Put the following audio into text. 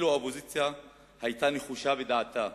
אילו היתה האופוזיציה נחושה בדעתה